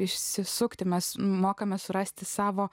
išsisukti mes mokame surasti savo